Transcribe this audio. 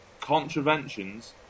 contraventions